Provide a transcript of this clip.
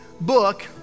book